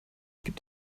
gibt